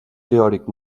teòric